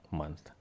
month